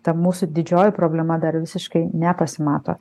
ta mūsų didžioji problema dar visiškai nepasimato